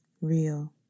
real